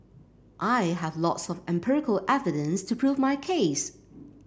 I have lots of empirical evidence to prove my case